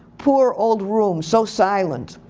poor old room, so silent.